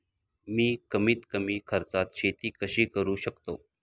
मी कमीत कमी खर्चात शेती कशी करू शकतो?